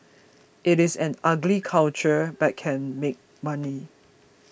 it is an ugly culture but can make money